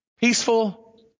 peaceful